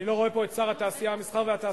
אני לא רואה פה את שר התעשייה, המסחר והתעסוקה.